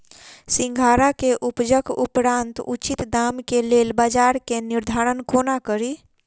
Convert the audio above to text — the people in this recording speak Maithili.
सिंघाड़ा केँ उपजक उपरांत उचित दाम केँ लेल बजार केँ निर्धारण कोना कड़ी?